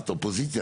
את אופוזיציה,